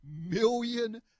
million